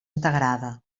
integrada